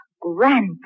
grandpa